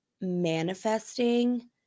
manifesting